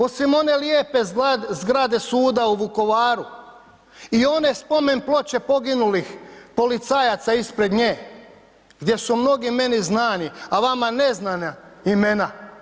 Osim one lijepe zgrade suda u Vukovaru i one Spomenploče poginulih policajaca ispred nje, gdje su mnogi meni znani, a vama neznana imena.